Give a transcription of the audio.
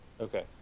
Okay